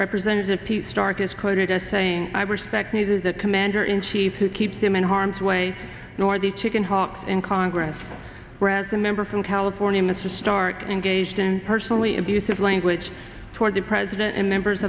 represented a piece stark is quoted as saying i respect neither the commander in chief who keeps him in harm's way nor the chicken hawks in congress ransom member from california mr stark engaged in personally abusive language toward the president and members